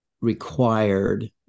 required